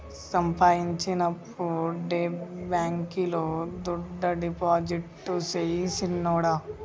సంపాయించినప్పుడే బాంకీలో దుడ్డు డిపాజిట్టు సెయ్ సిన్నోడా